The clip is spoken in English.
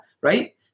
right